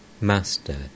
Master